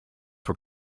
were